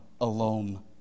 alone